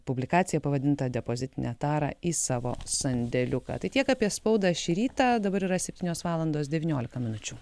publikacija pavadinta depozitinę tarą į savo sandėliuką tai tiek apie spaudą šį rytą dabar yra septynios valandos devyniolika minučių